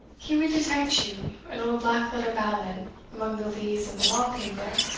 he would detect you an old black-letter ballad among the leaves of a law-paper,